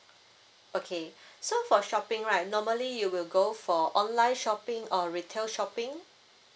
okay so for shopping right normally you will go for online shopping or retail shopping